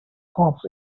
cops